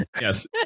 Yes